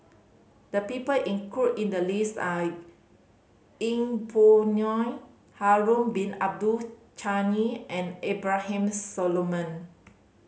the people include in the list are Yeng Pway Ngon Harun Bin Abdul Ghani and Abraham Solomon